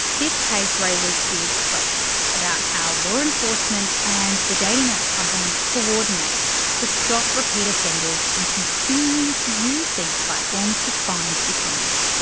this case raises big questions about how law enforcement and dating app companies coordinate to stop repeat offenders from continuing to use these platforms to find victims.